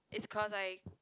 is cause I